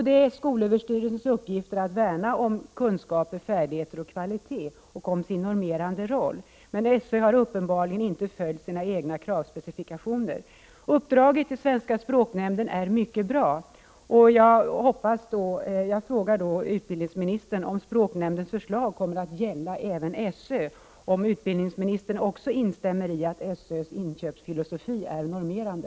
Det är skolöverstyrelsens uppgift att värna om kunskaper, 10 november 1988 färdigheter och kvalitet och om sin normerande roll, men SÖ har uppenbarli gen inte följt sina egna kravspecifikationer. Uppdraget till Svenska språknämnden är mycket bra, och jag vill fråga utbildningsminstern om språknämndens förslag kommer att gälla även sö och om utbildningsministern instämmer i att SÖ:s inköpsfilosofi är normerande.